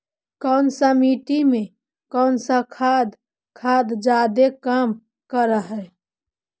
कौन सा मिट्टी मे कौन सा खाद खाद जादे काम कर हाइय?